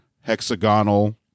hexagonal